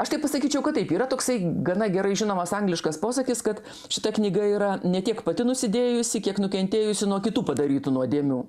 aš tai pasakyčiau kad taip yra toksai gana gerai žinomas angliškas posakis kad šita knyga yra ne tiek pati nusidėjusi kiek nukentėjusi nuo kitų padarytų nuodėmių